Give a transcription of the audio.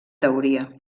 teoria